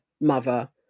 mother